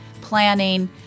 planning